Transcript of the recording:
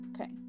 Okay